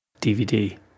DVD